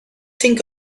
think